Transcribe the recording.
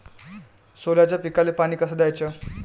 सोल्याच्या पिकाले पानी कस द्याचं?